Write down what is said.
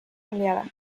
aliada